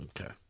Okay